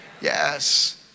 Yes